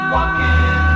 Walking